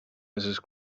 mrs